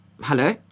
hello